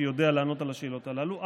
שיודע לענות על השאלות הללו.